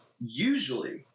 usually